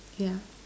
yeah